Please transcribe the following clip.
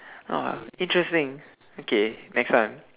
!wah! interesting okay next one